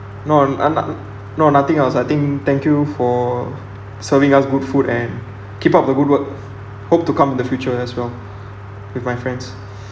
no not~ not~ no nothing else I think thank you for serving us good food and keep up the good work hope to come in the future as well with my friends